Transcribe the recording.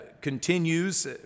continues